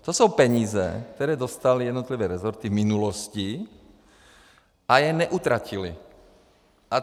To jsou peníze, které dostaly jednotlivé resorty v minulosti a neutratily je.